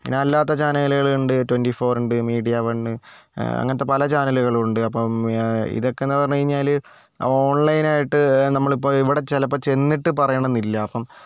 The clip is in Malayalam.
പിന്നെ അല്ലാത്ത ചാനലുകളുണ്ട് ട്വൻറി ഫോർ ഉണ്ട് മീഡിയ വൺ അങ്ങനത്തെ പല ചാനലുകളുമുണ്ട് അപ്പോം ഇതൊക്കെയെന്ന് പറഞ്ഞുകഴിഞ്ഞാൽ ഓൺലൈൻ ആയിട്ട് നമ്മളിപ്പോൾ ഇവിടെ ചിലപ്പോൾ ചെന്നിട്ട് പറയണം എന്ന് ഇല്ല അപ്പം